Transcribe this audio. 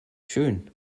schön